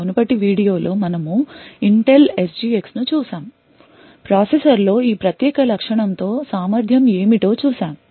మునుపటి వీడియో లో మనము Intel SGX ను చూశాము ప్రాసెసర్ లో ఈ ప్రత్యేక లక్షణం తో సామర్థ్యం ఏమిటో చూశాము